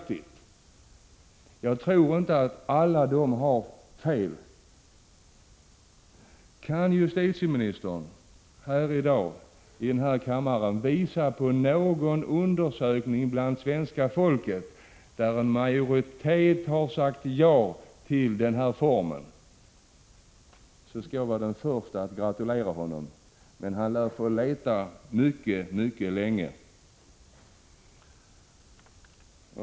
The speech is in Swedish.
28 april 1986 Kan justitieministern i dag här i kammaren visa på någon undersökning bland svenska folket där en majoritet sagt ja till den formen av politisk anslutning, skall jag bli den förste att gratulera honom. Han lär få leta mycket, mycket länge för att finna en sådan.